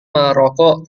merokok